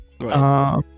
Right